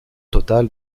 total